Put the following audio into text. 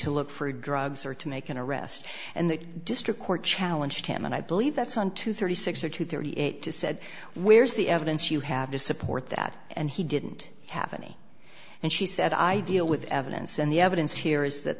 to look for drugs or to make an arrest and the district court challenge him and i believe that's one to thirty six or to thirty eight to said where's the evidence you have to support that and he didn't have any and she said i deal with evidence and the evidence here is that